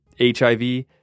HIV